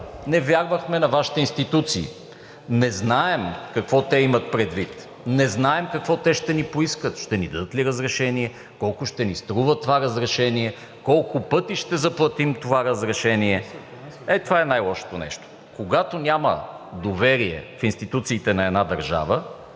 Не вярвахме на Вашите институции! Не знаем какво те имат предвид. Не знаем какво те ще ни поискат – ще ни дадат ли разрешение, колко ще ни струва това разрешение, колко пъти ще заплатим това разрешение. Ето това е най-лошото нещо. Когато няма доверие в институциите на една държава,